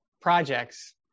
projects